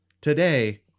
today